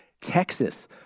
Texas